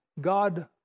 God